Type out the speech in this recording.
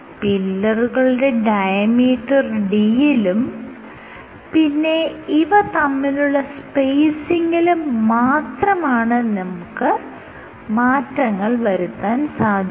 പില്ലറുകളുടെ diameter d യിലും പിന്നെ ഇവ തമ്മിലുള്ള സ്പേസിങ്ങിലും മാത്രമാണ് നമുക്ക് മാറ്റങ്ങൾ വരുത്താൻ സാധിക്കുന്നത്